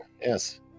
Yes